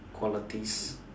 qualities